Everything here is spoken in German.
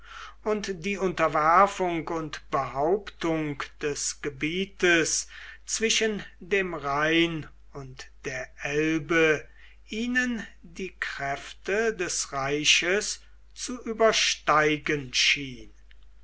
und die unterwerfung und behauptung des gebietes zwischen dem rhein und der elbe ihnen die kräfte des reiches zu übersteigen schien